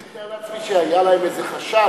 אני מתאר לעצמי שהיה להם איזה חשד,